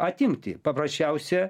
atimti paprasčiausia